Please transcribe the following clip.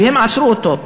והם עצרו אותו.